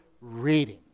reading